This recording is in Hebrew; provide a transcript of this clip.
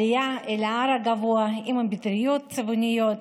עלייה אל ההר הגבוה עם המטריות הצבעוניות,